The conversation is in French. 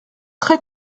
très